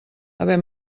haver